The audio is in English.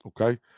Okay